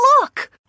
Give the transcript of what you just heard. look